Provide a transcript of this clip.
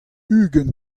ugent